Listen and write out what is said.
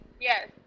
yes